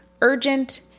urgent